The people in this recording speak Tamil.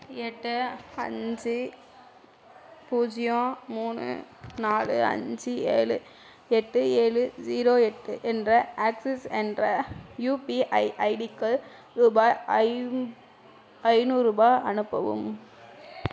எட்டு அஞ்சு பூஜ்ஜியம் மூணு நாலு அஞ்சு ஏழு எட்டு ஏழு ஜீரோ எட்டு என்ற ஆக்சிஸ் என்ற யூபிஐ ஐடிக்கு ரூபாய் ஐ ஐநூறுபா அனுப்பவும்